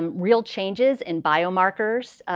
um real changes in biomarkers,